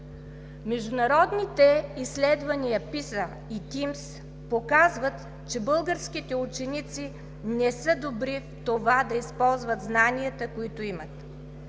Международните изследвания PISA и TIMSS показват, че българските ученици не са добри в това да използват знанията, които имат.